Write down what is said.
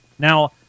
Now